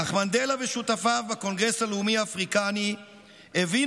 אך מנדלה ושותפיו בקונגרס הלאומי האפריקני הבינו